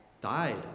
died